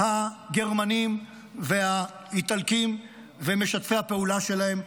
הגרמנים והאיטלקים ומשתפי הפעולה שלהם,